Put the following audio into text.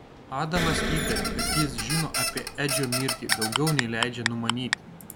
adamas įtarė kad jis žino apie edžio mirtį daugiau nei leidžia numanyti